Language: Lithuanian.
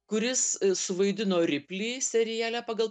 kuris suvaidino riplį seriale pagal